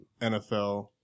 nfl